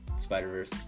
Spider-Verse